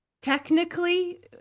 technically